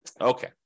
Okay